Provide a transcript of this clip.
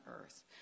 earth